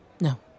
No